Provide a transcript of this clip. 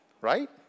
right